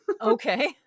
Okay